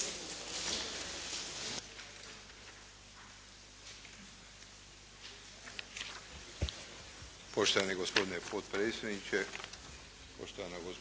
Hvala vam